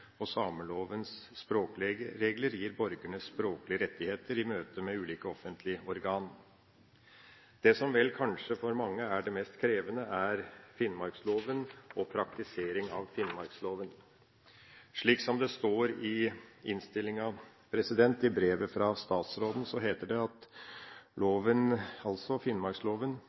og samelovens språkregler gir borgerne språklige rettigheter i møte med ulike offentlige organer. Det som kanskje for mange er det mest krevende, er finnmarksloven og praktiseringen av den. Slik står det i innstillinga – i brevet fra statsråden: «Loven innholder imidlertid noen garantier for at det